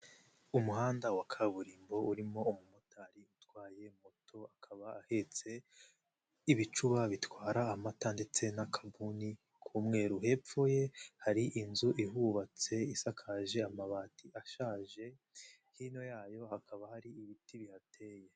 Umuhanda wa kaburimbo urimo umumotari utwaye moto, akaba ahetse ibicuba bitwara amata ndetse n'akabuni k'umweru, hepfo ye hari inzu ihubatse isakaje amabati ashaje, hino yayo hakaba hari ibiti bihateye.